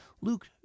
Luke